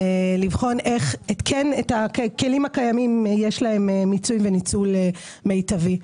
איך לכלים הקיימים יש מיצוי וניצול מיטבי.